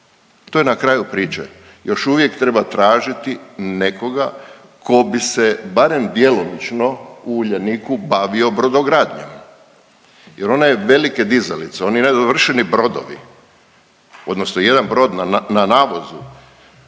To je na kraju priče, još uvijek treba tražiti nekoga tko bi se barem djelomično u Uljaniku bavio brodogradnjom jer one velike dizalice, oni nedovršeni brodovi odnosno jedan brod na navozu,